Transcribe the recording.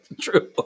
True